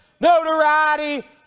notoriety